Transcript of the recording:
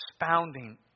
expounding